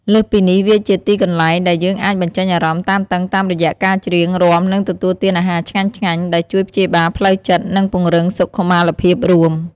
លើសពីនេះ វាជាទីកន្លែងដែលយើងអាចបញ្ចេញអារម្មណ៍តានតឹងតាមរយៈការច្រៀង រាំ និងទទួលទានអាហារឆ្ងាញ់ៗ ដែលជួយព្យាបាលផ្លូវចិត្ត និងពង្រឹងសុខុមាលភាពរួម។